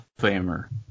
Famer